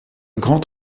grand